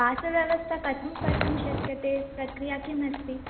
वासव्यवस्था कथं कर्तुं शक्यते प्रक्रिया किम् अस्ति